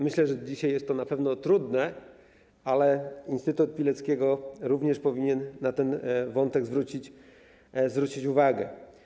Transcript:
Myślę, że dzisiaj jest to na pewno trudne, ale Instytut Pileckiego również powinien na ten wątek zwrócić uwagę.